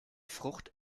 frucht